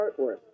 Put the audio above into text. artwork